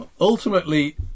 Ultimately